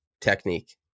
technique